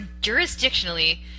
jurisdictionally